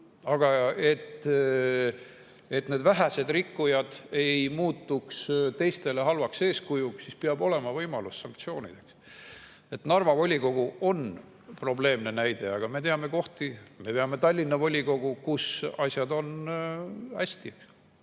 Aga et need vähesed rikkujad ei muutuks teistele halvaks eeskujuks, siis peab olema võimalus sanktsioonideks. Narva volikogu on probleemne näide, aga me teame kohti, me teame Tallinna volikogu, kus asjad on hästi,